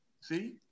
See